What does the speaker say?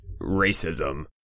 racism